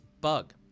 bug